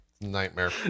nightmare